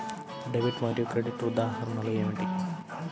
Debit మరియు credit ఉదాహరణలు ఏమిటీ?